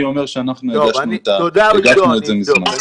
אני אומר שאנחנו הגשנו את זה מזמן.